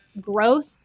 growth